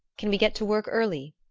can we get to work early?